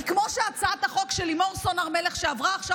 כי הצעת החוק של לימור סון הר מלך שעברה עכשיו